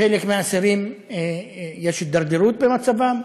חלק מהאסירים, יש הידרדרות במצבם,